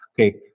okay